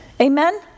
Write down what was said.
Amen